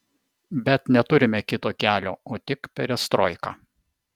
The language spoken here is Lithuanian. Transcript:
bet neturime kito kelio o tik perestroiką